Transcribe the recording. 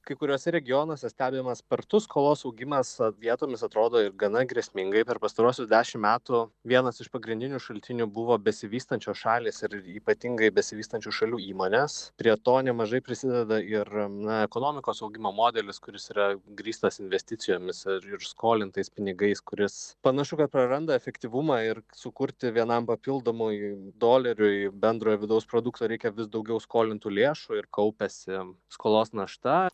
kai kuriuose regionuose stebimas spartus skolos augimas vietomis atrodo ir gana grėsmingai per pastaruosius dešimt metų vienas iš pagrindinių šaltinių buvo besivystančios šalys ir ypatingai besivystančių šalių įmones prie to nemažai prisideda ir na ekonomikos augimo modelis kuris yra grįstas investicijomis ir ir skolintais pinigais kuris panašu kad praranda efektyvumą ir sukurti vienam papildomui doleriui bendrojo vidaus produkto reikia vis daugiau skolintų lėšų ir kaupiasi skolos našta